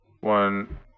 One